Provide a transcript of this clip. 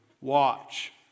watch